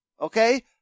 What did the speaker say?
okay